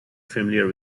familiar